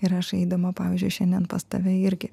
ir aš eidama pavyzdžiui šiandien pas tave irgi